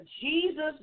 Jesus